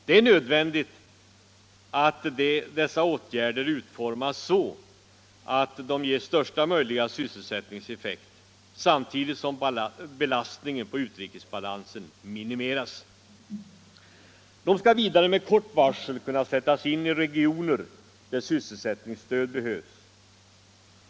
Det är nödvändigt att dessa åtgärder utformas så att de ger största möjliga sysselsättningseffekt, samtidigt som belastningen på utrikesbalansen minimeras. De skall vidare med kort varsel kunna sättas in i regioner där sysselsättningsstöd behövs.